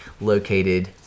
located